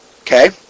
Okay